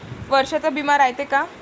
वर्षाचा बिमा रायते का?